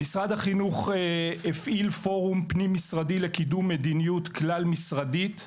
משרד החינוך הפעיל פורום פנים משרדי לקידום מדיניות כלל משרדית.